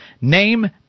Name